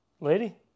lady